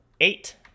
eight